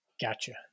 Gotcha